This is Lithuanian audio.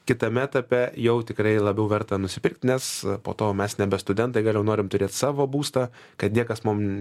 kitame etape jau tikrai labiau verta nusipirkt nes po to mes nebe studentai vėliau norim turėt savo būstą kad niekas mum